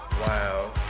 Wow